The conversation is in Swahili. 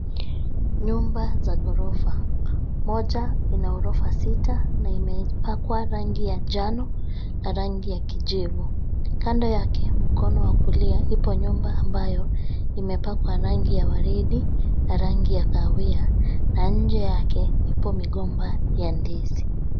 Nyumba za ghorofa. Moja ina ghorofa sita na imepakwa rangi ya njano na rangi ya kijivu. Kando yake mkono wa kulia ipo nyumba ambayo imepakwa rangi ya waridi na rangi ya kahawia na nje yake ipo migomba ya ndizi.